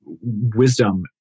wisdom